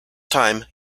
time